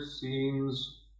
seems